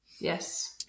yes